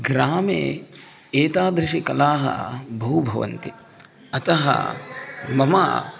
ग्रामे एतादृशयः कलाः बहु भवन्ति अतः मम